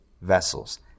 vessels